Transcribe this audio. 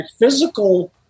physical